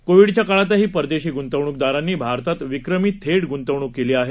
कोविडच्या काळातही परदेशी गुंतवणूकदारांनी भारतात विक्रमी थेट गुंतवणूक केली आहे